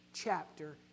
chapter